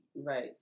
Right